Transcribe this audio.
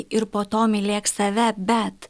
ir po to mylėk save bet